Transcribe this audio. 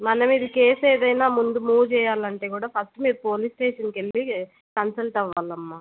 మనం ఇది కేస్ ఏదన్న నా ముందు మూవ్ చేయాలి అంటే కూడా ఫస్ట్ మీరు పోలీస్ స్టేషన్కి వెళ్ళి కన్సల్ట్ అవ్వాలి అమ్మ